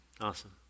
Awesome